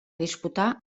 disputar